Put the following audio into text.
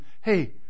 Hey